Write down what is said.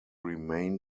remain